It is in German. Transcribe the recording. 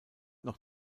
noch